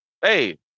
Hey